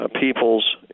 peoples